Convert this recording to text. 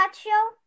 Show